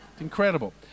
incredible